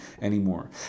anymore